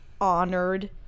honored